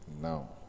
Now